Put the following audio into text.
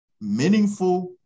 meaningful